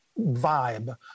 vibe